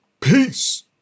Peace